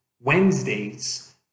Wednesdays